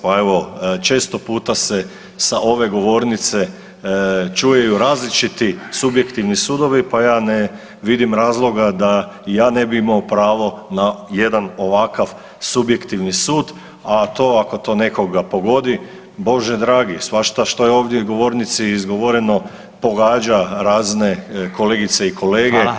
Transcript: Pa evo, često puta se sa ove govornice čujeju različiti subjektivni sudovi pa ja ne vidim razloga da i ja ne bi imao pravo na jedan ovakav subjektivni sud, a to, ako to nekoga pogodi, Bože dragi, svašta što je ovdje govornici izgovoreno pogađa razne kolegice i kolege,